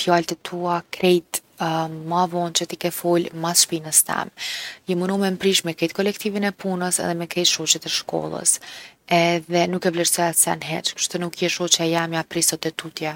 fjalt e tua krejt ma vonë që ti ke fol mas shpinës tem. Je munu me m’prish me krejt kolektivin e punës edhe me krejt shoqet e shkollës edhe nuk e vlersoj at’ sen hiq, kshtu nuk je shoqe e jemja prej sot e tutje.